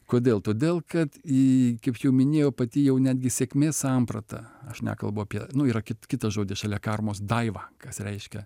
kodėl todėl kad į kaip jau minėjau pati jau netgi sėkmės samprata aš nekalbu apie nu yra kitas žodis šalia karmos daiva kas reiškia